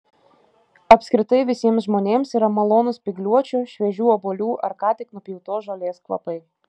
apskritai visiems žmonėms yra malonūs spygliuočių šviežių obuolių ar ką tik nupjautos žolės kvapai